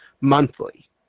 monthly